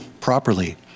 properly